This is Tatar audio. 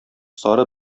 сары